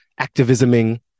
activisming